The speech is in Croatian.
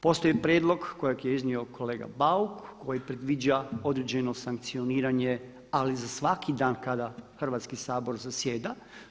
Postoji prijedlog, kojeg je iznio kolega Bauk, koji predviđa određeno sankcioniranje ali za svaki dan kada Hrvatski sabor zasjeda.